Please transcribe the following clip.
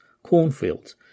cornfields